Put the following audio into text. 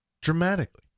dramatically